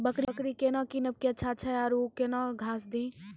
बकरी केना कीनब केअचछ छ औरू के न घास दी?